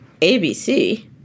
ABC